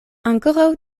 ankoraŭ